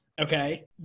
okay